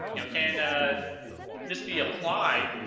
you know can this be applied